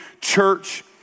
church